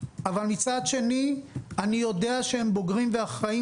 אבל מצד שני אני יודע שהם בוגרים ואחראים